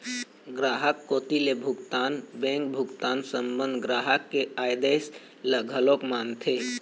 गराहक कोती ले भुगतान बेंक भुगतान संबंध ग्राहक के आदेस ल घलोक मानथे